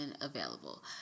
available